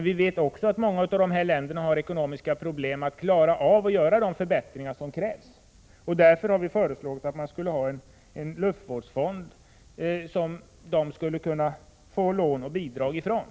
Vi vet emellertid också att många av dessa länder har ekonomiska problem då det gäller att göra de förbättringar som krävs, och därför har vi föreslagit att det skulle inrättas en luftvårdsfond, som de här länderna skulle kunna få lån och bidrag från.